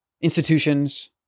institutions